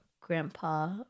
grandpa